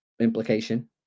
implication